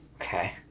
Okay